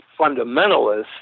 fundamentalists